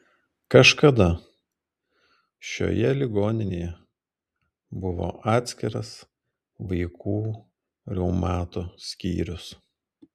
kažkada šioje ligoninėje buvo atskiras vaikų reumato skyrius